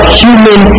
human